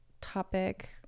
topic